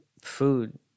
food